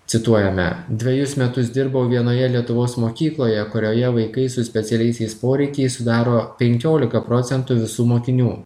cituojame dvejus metus dirbau vienoje lietuvos mokykloje kurioje vaikai su specialiaisiais poreikiais sudaro penkiolika procentų visų mokinių